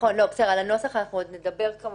הנוסח עוד נדבר.